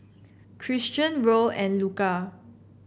Christion Roll and Luka